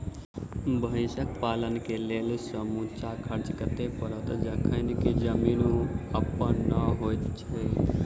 भैंसक पालन केँ लेल समूचा खर्चा कतेक धरि पड़त? जखन की जमीन अप्पन नै होइत छी